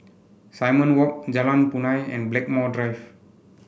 Simon Walk Jalan Punai and Blackmore Drive